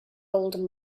old